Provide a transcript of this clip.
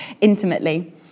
intimately